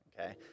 okay